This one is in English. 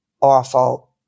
awful